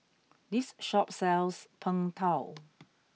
this shop sells Png Tao